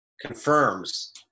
confirms